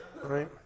Right